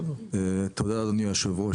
תודה אדוני יושב הראש.